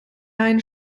einen